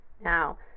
now